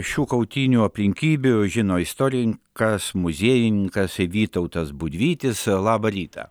šių kautynių aplinkybių žino istorin kas muziejininkas vytautas budvytis labą rytą